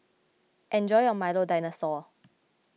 enjoy your Milo Dinosaur